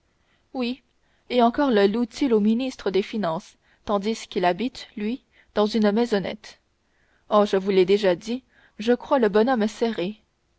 oui et encore le loue t il au ministre des finances tandis qu'il habite lui dans une maisonnette oh je vous l'ai déjà dit je crois le bonhomme serré